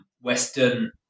Western